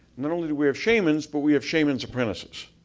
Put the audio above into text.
not only do we have shamans, but we have shaman's apprentices.